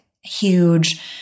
huge